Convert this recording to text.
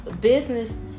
business